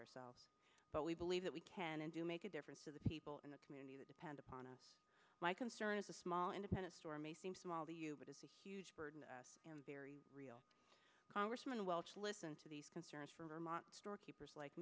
ourselves but we believe that we can and do make a difference to the people in the community that depend upon us my concern is a small independent store may seem small the u but it's a huge burden and very real congressman welch listen to these concerns from vermont storekeepers like